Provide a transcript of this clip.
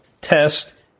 Test